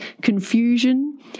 confusion